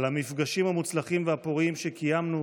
על המפגשים המוצלחים והפוריים שקיימנו,